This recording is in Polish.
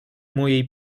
mojej